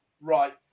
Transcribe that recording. right